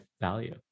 value